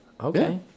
Okay